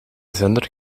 zender